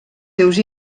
seus